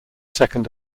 second